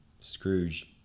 Scrooge